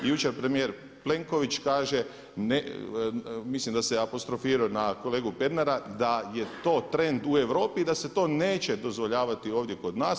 Jučer premijer Plenković kaže, mislim da se apostrofirao na kolegu Pernara da je to trend u Europi i da se to neće dozvoljavati ovdje kod nas.